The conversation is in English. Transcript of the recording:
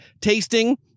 tasting